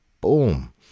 Boom